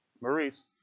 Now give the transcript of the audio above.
Maurice